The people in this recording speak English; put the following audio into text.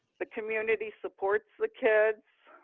the community supports the kids.